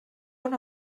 una